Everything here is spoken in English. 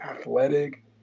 athletic